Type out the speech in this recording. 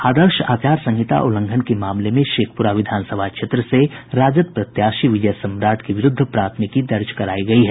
आदर्श आचार संहिता उल्लंघन के मामले में शेखप्ररा विधानसभा क्षेत्र से राजद प्रत्याशी विजय सम्राट के विरूद्ध प्राथमिकी दर्ज करायी गयी है